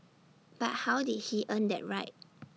but how did he earn that right